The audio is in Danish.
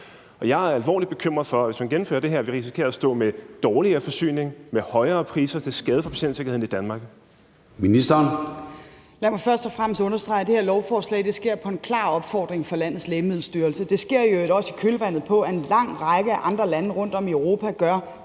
jeg er alvorligt bekymret for, at hvis man gennemfører det her, risikerer vi at stå med en dårligere forsyning og med højere priser til skade for patientsikkerheden i Danmark.